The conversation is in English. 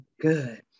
good